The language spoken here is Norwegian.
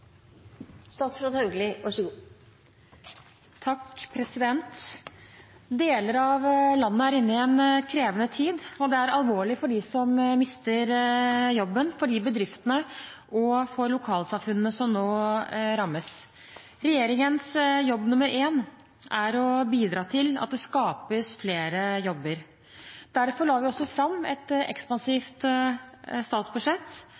alvorlig for dem som mister jobben, for de bedriftene og for lokalsamfunnene som nå rammes. Regjeringens jobb nummer én er å bidra til at det skapes flere jobber. Derfor la vi også fram et ekspansivt statsbudsjett